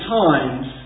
times